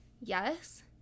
Yes